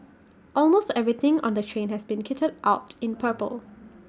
almost everything on the train has been kitted out in purple